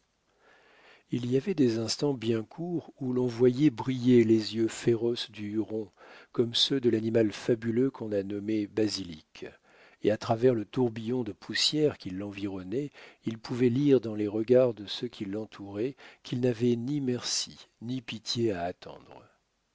il y avait des instants bien courts où l'on voyait briller les yeux féroces du huron comme ceux de l'animal fabuleux qu'on a nommé basilic et à travers le tourbillon de poussière qui l'environnait il pouvait lire dans les regards de ceux qui lentouraient quil navait ni merci ni pitié à attendre